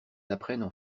apprennent